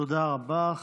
תודה רבה.